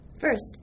First